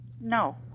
No